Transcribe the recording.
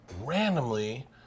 Randomly